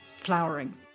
flowering